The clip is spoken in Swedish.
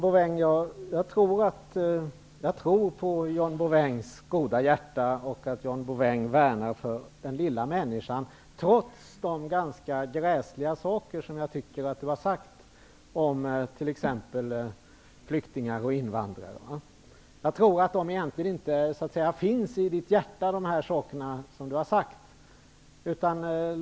Herr talman! Jag tror på John Bouvins goda hjärta och att han vill värna om den lilla människan, trots de ganska gräsliga saker som jag tycker att han har sagt om t.ex. flyktingar och invandrare. Jag tror att det han har sagt egentligen inte finns i hans hjärta.